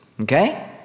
Okay